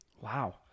Wow